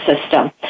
system